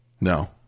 no